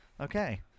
Okay